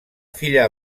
filla